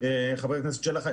חבר הכנסת שלח,